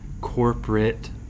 corporate